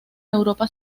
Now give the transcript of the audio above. europa